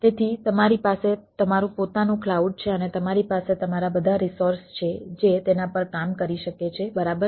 તેથી તમારી પાસે તમારું પોતાનું ક્લાઉડ છે અને તમારી પાસે તમારા બધા રિસોર્સ છે જે તેના પર કામ કરી શકે છે બરાબર